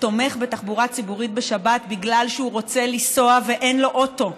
תומך בתחבורה ציבורית בשבת בגלל שהוא רוצה לנסוע ואין לו אוטו.